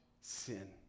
sin